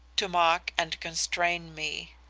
to mock and constrain me.